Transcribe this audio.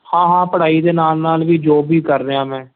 ਹਾਂ ਹਾਂ ਪੜ੍ਹਾਈ ਦੇ ਨਾਲ ਨਾਲ ਵੀ ਜੋਬ ਵੀ ਕਰ ਰਿਹਾ ਮੈਂ